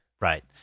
right